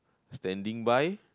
standing by